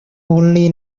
only